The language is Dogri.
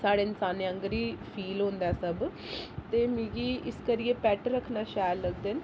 स्हाड़े इंसानै आंह्गर ही फील होंदा सब ते मिगी इस करियै पैट रक्खना शैल लगदे न